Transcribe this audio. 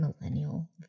millennial